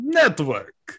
network